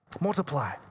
multiply